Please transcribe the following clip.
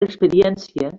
experiència